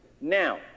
Now